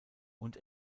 und